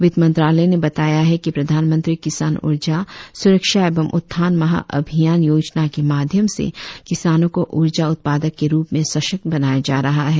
वित्त मंत्रालय ने बताया है कि प्रधानमंत्री किसान ऊर्जा सुरक्षा एवं उत्थान महा अभियान योजना के माध्यम से किसानों को ऊर्जा उत्पादक के रुप में सशक्त बनाया जा रहा है